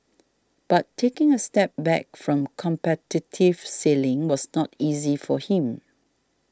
but taking a step back from competitive sailing was not easy for him